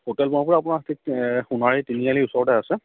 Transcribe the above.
hotel পৰা আপোনাৰ সোণাৰী তিনিআলিৰ ওচৰতে আছে